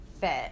Fit